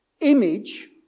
image